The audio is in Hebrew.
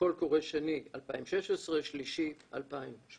קול קורא שני ב-2016, שלישי ב-2018,